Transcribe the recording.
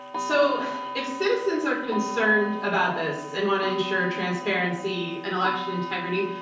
so if citizens are concerned about this and want to ensure transparency and election integrity,